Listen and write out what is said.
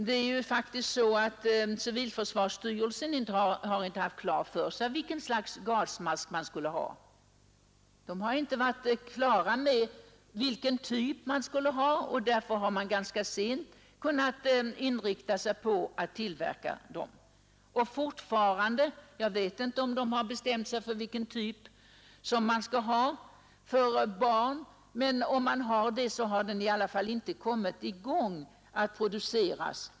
Men inte förrän relativt sent har civilförsvarsstyrelsen haft klart för sig vilken typ av gasmask man skulle inrikta sig på, och därför har styrelsen ganska sent kunnat bestämma sig för en tillverkning. Jag vet inte om styrelsen har bestämt gasmasktypen för barn, men produktionen av sådana gasmasker har i alla fall inte kommit i gång.